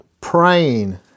praying